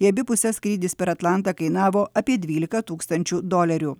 į abi puses skrydis per atlantą kainavo apie dvylika tūkstančių dolerių